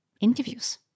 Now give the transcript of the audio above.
interviews